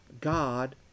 God